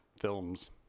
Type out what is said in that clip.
films